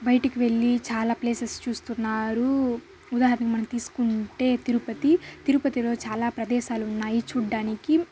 బయటకు వెళ్లి చాలా ప్లేసెస్ చూస్తున్నారు ఇలా మనం తీసుకుంటే తిరుపతి తిరుపతిలో చాలా ప్రదేశాలు ఉన్నాయి చూడ్డానికి